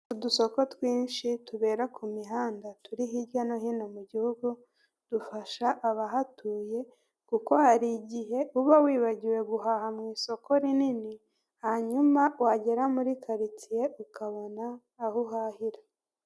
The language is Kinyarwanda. Udusoko twinshi tubera ku mihanda turi hirya no hino mu gihugu, dufasha abahatuye kuko hari igihe uba wibagiwe guhaha mu isoko rinini hanyuma wagera muri karitsiye ukabona aho uhahira.